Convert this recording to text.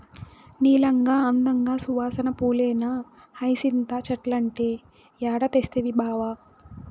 నీలంగా, అందంగా, సువాసన పూలేనా హైసింత చెట్లంటే ఏడ తెస్తవి బావా